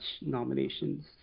nominations